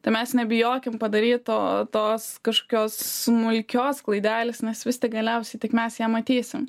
tai mes nebijokim padaryt to tos kažkokios smulkios klaidelės nes vis tik galiausiai tik mes ją matysim